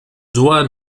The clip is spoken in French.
doigts